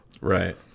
Right